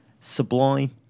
sublime